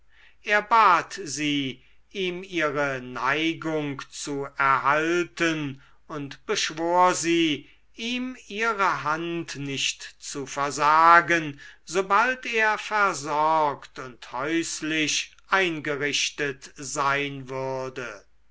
er bat sie ihm ihre neigung zu erhalten und beschwor sie ihm ihre hand nicht zu versagen sobald er versorgt und häuslich eingerichtet sein würde